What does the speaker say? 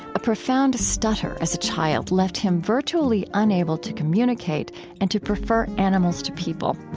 a profound stutter as a child left him virtually unable to communicate and to prefer animals to people.